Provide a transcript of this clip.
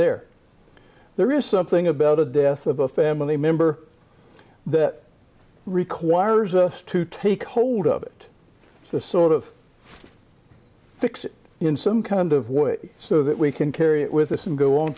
there there is something about a death of a family member that requires us to take hold of it to sort of fix it in some kind of way so that we can carry it with us and go on